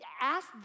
ask